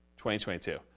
2022